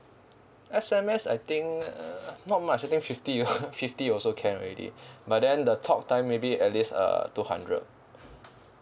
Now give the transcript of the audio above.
S_M_S I think uh not much I think fifty fifty also can already but then the talk time maybe at least uh two hundred